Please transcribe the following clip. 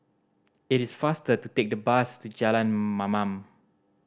it is faster to take the bus to Jalan Mamam